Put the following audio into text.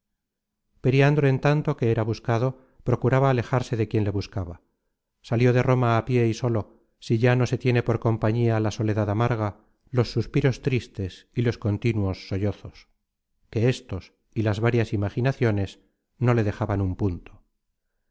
periandro en tanto que era buscado procuraba alejarse de quien le buscaba salió de roma á pié y solo si ya no se tiene por compañía la soledad amarga los suspiros tristes y los continuos sollozos que éstos y las várias imaginaciones no le dejaban un punto